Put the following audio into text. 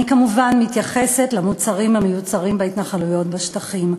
אני כמובן מתייחסת למוצרים המיוצרים בהתנחלויות בשטחים.